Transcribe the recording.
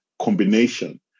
combination